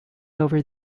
over